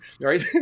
right